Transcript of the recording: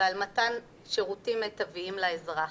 ועל מתן שירותים מיטביים לאזרח.